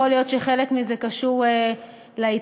יכול להיות שחלק מזה קשור להתאגדות,